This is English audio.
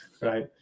Right